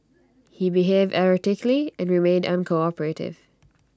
he behaved erratically and remained uncooperative